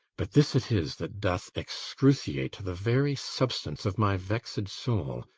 but this it is that doth excruciate the very substance of my vexed soul,